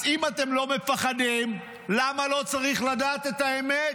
אז אם אתם לא מפחדים, למה לא צריך לדעת את האמת?